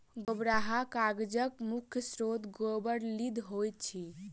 गोबराहा कागजक मुख्य स्रोत गोबर, लीद इत्यादि होइत अछि